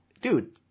Dude